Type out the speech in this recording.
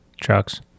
Trucks